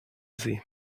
sie